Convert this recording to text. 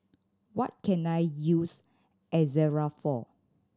what can I use Ezerra for